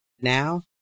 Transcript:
now